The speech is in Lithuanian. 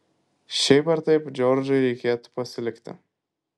šiaip ar taip džordžui reikėtų pasilikti